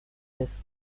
des